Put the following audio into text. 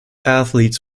athletes